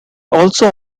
also